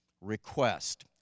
request